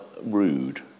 rude